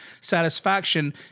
satisfaction